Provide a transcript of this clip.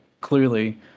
clearly